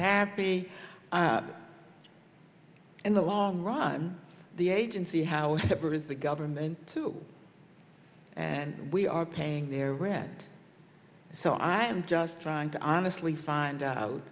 happy in the long run the agency how separate is the government too and we are paying their rent so i'm just trying to honestly find out